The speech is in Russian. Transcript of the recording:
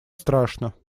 страшно